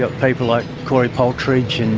got people like corey paltridge,